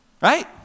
Right